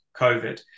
COVID